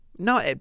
No